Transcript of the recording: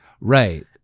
right